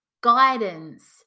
guidance